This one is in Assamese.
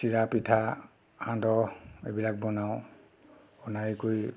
চিৰা পিঠা সান্দহ এইবিলাক বনাওঁ বনাই কৰি